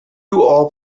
all